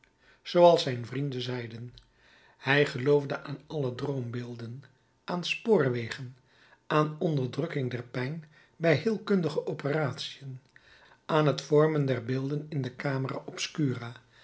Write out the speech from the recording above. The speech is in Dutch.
zooals zijn vrienden zeiden hij geloofde aan alle droombeelden aan spoorwegen aan onderdrukking der pijn bij heelkundige operatiën aan het vormen der beelden in de camera